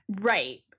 Right